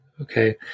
Okay